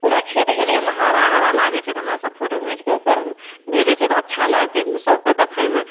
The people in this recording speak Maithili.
पूरा खेत गेलिए ओहिमे हरा हरा लागै छै तऽ हमरासभ फोटो घिचिके ओकर भेजै छिए तऽ अच्छा लागतै सभकेँ देखैमे